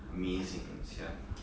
amazing sia